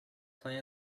play